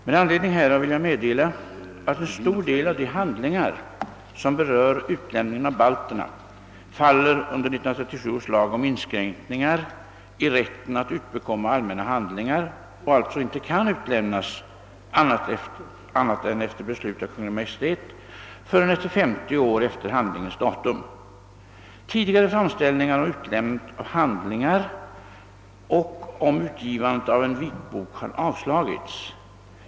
Med anledning härav vill jag meddela, att en stor del av de handlingar som berör utlämningen av balterna faller under 1937 års lag om inskränkningar i rätten att utbekomma allmänna handlingar och alltså inte kan utlämnas annat än efter beslut av Kungl. Maj:t förrän efter 50 år efter handlingens datum. Tidigare framställningar om utlämnande av handlingar och om utgivande av en vitbok har avslagits.